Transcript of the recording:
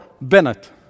Bennett